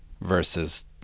versus